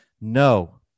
No